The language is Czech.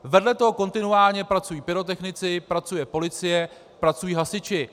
Vedle toho kontinuálně pracují pyrotechnici, pracuje policie, pracují hasiči.